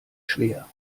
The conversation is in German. schwer